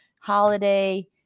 Holiday